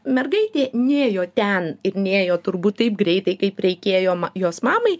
mergaitė nėjo ten ir nėjo turbūt taip greitai kaip reikėjo jos mamai